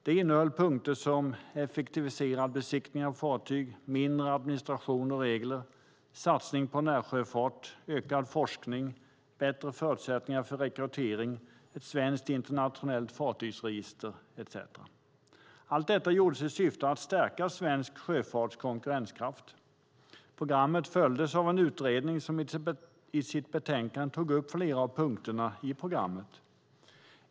Det innehöll punkter som effektiviserad besiktning av fartyg, mindre administration och regler, satsning på närsjöfart, ökad forskning, bättre förutsättningar för rekrytering, ett svenskt internationellt fartygsregister etcetera. Allt detta gjordes i syfte att stärka svensk sjöfarts konkurrenskraft. Programmet följdes av en utredning som i sitt betänkande tog upp flera av punkterna i programmet.